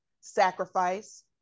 sacrifice